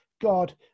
God